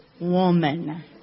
woman